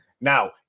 Now